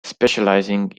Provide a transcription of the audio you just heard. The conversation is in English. specialising